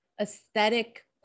aesthetic